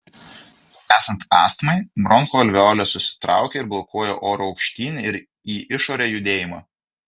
esant astmai bronchų alveolės susitraukia ir blokuoja oro aukštyn ir į išorę judėjimą